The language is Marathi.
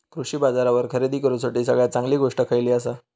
कृषी बाजारावर खरेदी करूसाठी सगळ्यात चांगली गोष्ट खैयली आसा?